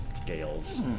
scales